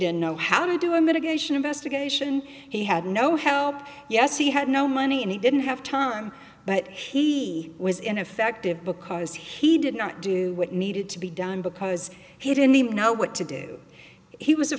didn't know how to do a mitigation investigation he had no help yes he had no money and he didn't have time but he was ineffective because he did not do what needed to be done because he didn't know what to do he was